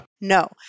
No